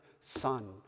son